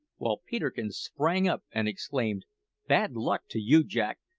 while peterkin sprang up and exclaimed bad luck to you, jack!